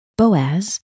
Boaz